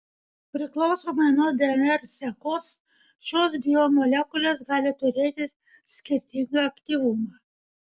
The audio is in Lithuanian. priklausomai nuo dnr sekos šios biomolekulės gali turėti skirtingą aktyvumą